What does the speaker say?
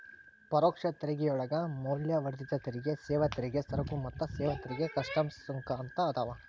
ಪರೋಕ್ಷ ತೆರಿಗೆಯೊಳಗ ಮೌಲ್ಯವರ್ಧಿತ ತೆರಿಗೆ ಸೇವಾ ತೆರಿಗೆ ಸರಕು ಮತ್ತ ಸೇವಾ ತೆರಿಗೆ ಕಸ್ಟಮ್ಸ್ ಸುಂಕ ಅಂತ ಅದಾವ